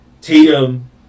Tatum